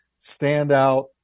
standout